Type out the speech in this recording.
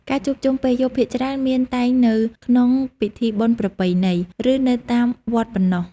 ការជួបជុំពេលយប់ភាគច្រើនមានតែនៅក្នុងពិធីបុណ្យប្រពៃណី ឬនៅតាមវត្តប៉ុណ្ណោះ។